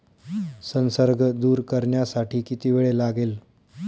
संसर्ग दूर करण्यासाठी किती वेळ लागेल?